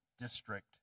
district